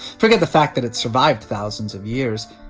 forget the fact that it's survived thousands of years,